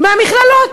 מהמכללות.